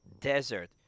desert